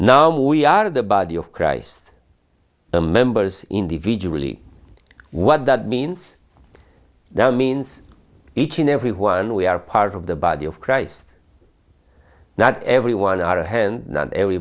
now we are the body of christ the members individually what that means that means each and every one we are part of the body of christ not everyone are a hand not every